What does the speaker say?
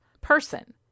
person